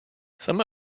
some